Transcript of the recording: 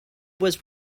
was